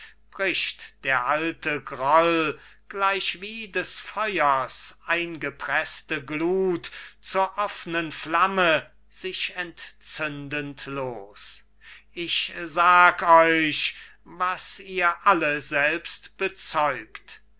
bricht der alte groll gleichwie des feuers eingepreßte gluth zur offnen flamme sich entzündend los ich sag euch was ihr alle selbst bezeugt